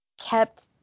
kept